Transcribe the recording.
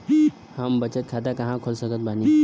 हम बचत खाता कहां खोल सकत बानी?